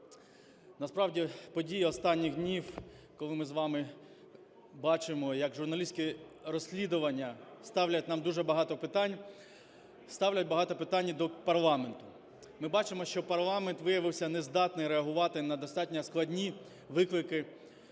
насправді події останніх днів, коли ми з вами бачимо, як журналістські розслідування ставлять нам дуже багато питань, ставлять багато питань і до парламенту. Ми бачимо, що парламент виявися не здатний реагувати на достатньо складні виклики